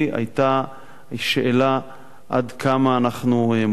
היתה שאלה עד כמה אנחנו מוכנים